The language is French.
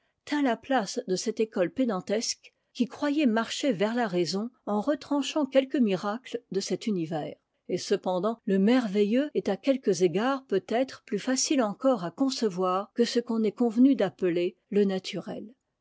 la place de cette école pédantesque qui croyait marcher vers la raison en retranchant quelques miracles de cet univers et cependant le merveilleux est à quelques égards peut-être plus facile encore à concevoir que ce qu'on est convenu d'appeler le naturel